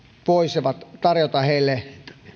voisivat tarjota heille